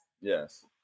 Yes